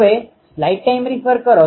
તેથી જ તે બધા સમાંતર કિરણો છે